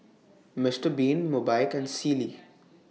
Mister Bean Mobike and Sealy